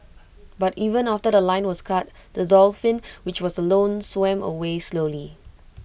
but even after The Line was cut the dolphin which was alone swam away slowly